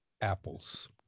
apples